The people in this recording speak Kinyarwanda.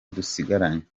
dusigaranye